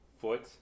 foot